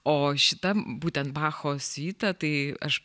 o šitą būtent bacho siuitą tai aš